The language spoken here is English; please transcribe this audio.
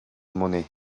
money